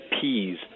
peas